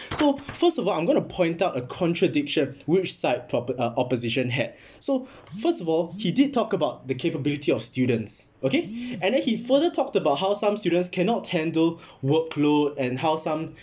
so first of all I'm going to point out a contradiction which side propo~ uh opposition had so first of all he did talk about the capability of students okay and then he further talked about how some students cannot handle workflow and how some